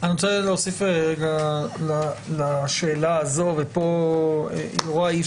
אני רוצה להוסיף לשאלה הזאת ופה יוראי,